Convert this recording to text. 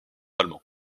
allemand